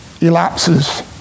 elapses